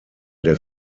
der